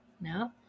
No